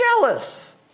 jealous